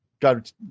God